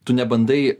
tu nebandai